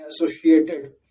associated